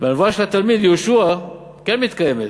והנבואה של התלמיד, יהושע, כן מתקיימת?